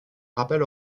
rappel